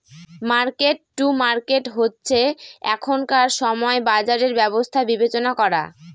market to market হচ্ছে এখনকার সময় বাজারের ব্যবস্থা বিবেচনা করা